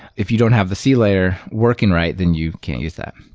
if you don't have the c layer working right, then you can't use that.